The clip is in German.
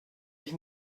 ich